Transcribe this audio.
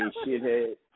shithead